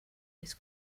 those